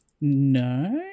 No